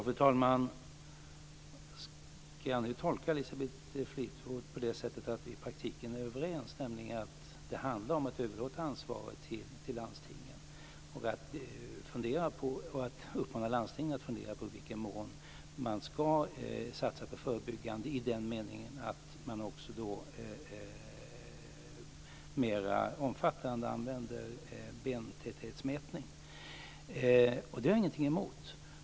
Fru talman! Ska jag nu tolka Elisabeth Fleetwood som att vi i praktiken är överens om att det handlar om att överlåta ansvaret till landstingen och att uppmana landstingen att fundera över i vilken mån de ska satsa på det förebyggande i den meningen att de också ska använda bentäthetsmätning i en mer omfattande utsträckning? Det har jag ingenting emot.